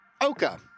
Oka